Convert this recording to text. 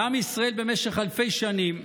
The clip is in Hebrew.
לעם ישראל במשך אלפי שנים,